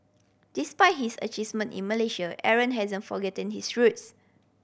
despite his achievement in Malaysia Aaron hasn't forgotten his roots